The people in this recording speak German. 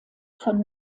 von